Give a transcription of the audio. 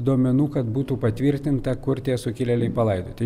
duomenų kad būtų patvirtinta kur tie sukilėliai palaidoti